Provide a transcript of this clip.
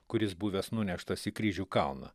kuris buvęs nuneštas į kryžių kalną